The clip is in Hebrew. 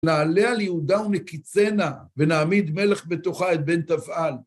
נעלה על יהודה ונקיצנה, ונעמיד מלך בתוכה את בן תבעל.